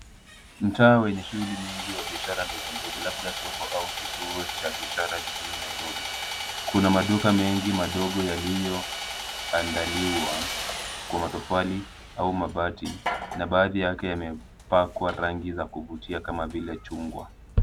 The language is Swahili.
Mtaa wenye shughuli nyingi wa biashara ndogo ndogo labda soko au kituo cha biashara jijini Nairobi. Kuna maduka mengi madogo yaliyoandaliwa kwa matofali au mabati na baadhi yake yamepakwa rangi za kuvutia kama vile chungwa.